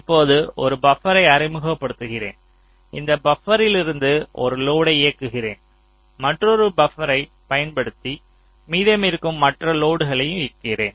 இப்போது ஒரு பபர்ரை அறிமுகப்படுத்துகிறேன் அந்த பபர்லிருந்து ஒரு லோடை இயக்குகிறேன் மற்றொரு பபர்ரைப் பயன்படுத்தி மீதமிருக்கும் மற்ற லோடுகளை இயக்குகிறேன்